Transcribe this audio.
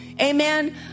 Amen